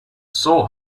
saw